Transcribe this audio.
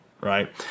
Right